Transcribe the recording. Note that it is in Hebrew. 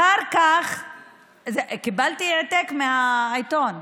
קיבלתי העתק מהעיתון.